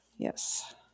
Yes